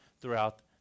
throughout